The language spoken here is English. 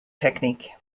technique